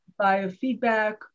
biofeedback